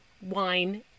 wine